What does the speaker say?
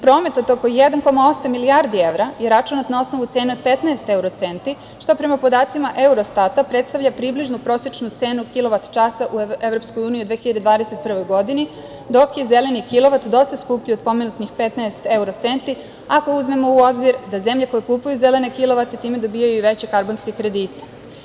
Promet od oko 1,8 milijardi evra je računat na osnovu cene od 15 evrocenti, što prema podacima Eurostata predstavlja približno prosečnu cenu kilovat časa u EU u 2021. godini, dok je zeleni kilovat dosta skuplji od pomenutih 15 evrocenti, ako uzmemo u obzir da zemlje koje kupuju zelene kilovate time dobijaju i veće karbonske kredite.